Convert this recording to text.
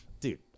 dude